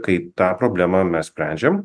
kaip tą problemą mes sprendžiam